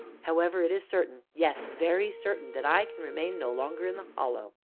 however, it is certain, yes, very certain, that i can remain no longer in the hollow.